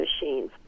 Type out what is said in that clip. machines